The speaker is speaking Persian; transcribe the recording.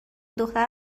دختر